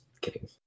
kidding